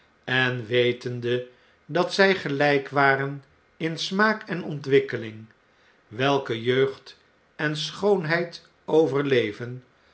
en wetende dat zy gelyk waren in smaak en ontwikkeling welke jeugd en schoonheid overleven